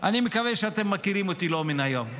אני מקווה שאתם מכירים אותי לא מהיום.